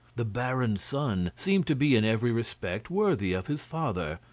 the baron's son seemed to be in every respect worthy of his father.